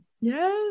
Yes